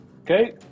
Okay